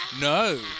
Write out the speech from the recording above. No